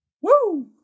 Woo